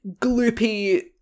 gloopy